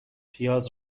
پیاز